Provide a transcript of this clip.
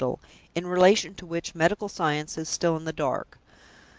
in relation to which medical science is still in the dark.